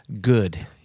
Good